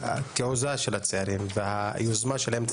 שהתעוזה של הצעירים והיוזמה שלהם,